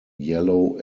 yellow